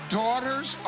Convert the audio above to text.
daughters